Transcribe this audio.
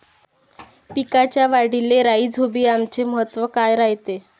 पिकाच्या वाढीले राईझोबीआमचे महत्व काय रायते?